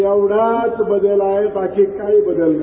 ऐवढाच बदल आहे बाकी काहीबदल नाही